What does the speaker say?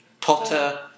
Potter